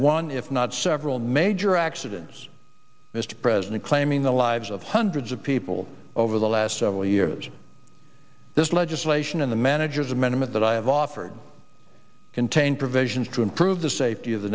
one if not several major accidents mr president claiming the lives of hundreds of people over the last several years there's legislation in the manager's amendment that i have offered contain provisions to improve the safety of the